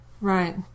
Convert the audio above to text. Right